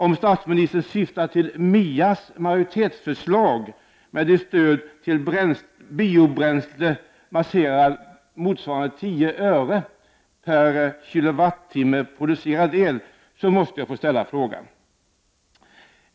Om statsministern syftar på MIA:s majoritetsförslag med ett stöd till biobränslen motsvarande 10 öre/kWh producerad el, måste jag få ställa en fråga.